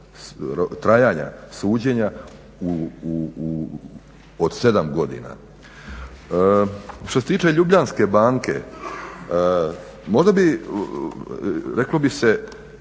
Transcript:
trajanja suđenja od 7 godina. Što se tiče Ljubljanske banke, možda bi reklo bi se